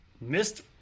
missed